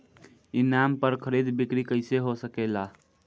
ई नाम पर खरीद बिक्री कैसे हो सकेला?